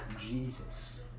Jesus